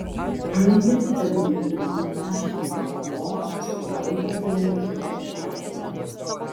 nupirkite guminį neperšlampamą paklotą su kuriuo vaikas galėtų užkloti šlapią vietą